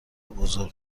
بزرگ